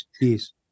Yes